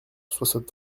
soixante